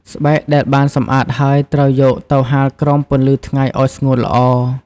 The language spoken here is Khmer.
ស្បែកដែលបានសម្អាតហើយ ត្រូវយកទៅហាលក្រោមពន្លឺថ្ងៃឱ្យស្ងួតល្អ។